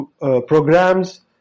programs